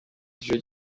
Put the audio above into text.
giciro